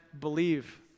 believe